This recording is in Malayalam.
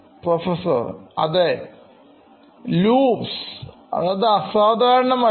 Professor അതേ Loops അസാധാരണമല്ല